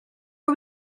are